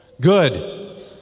good